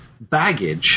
baggage